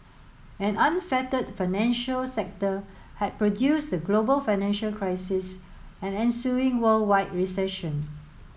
an unfettered financial sector had produced the global financial crisis and ensuing worldwide recession